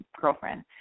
girlfriend